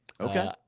Okay